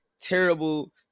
Terrible